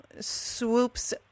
swoops